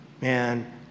Man